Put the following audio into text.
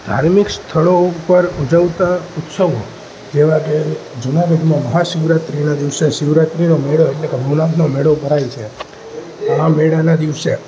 ધાર્મિક સ્થળો ઉપર ઉજવાતા ઉત્સવો જેવા કે જૂનાગઢમાં મહાશિવરાત્રીના દિવસે શિવરાત્રીનો મેળો એટલે કે ગુલાબનો મેળો ભરાય છે આ મેળા ના દિવસે